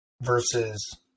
versus